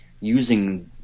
using